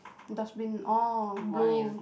dustbin oh blue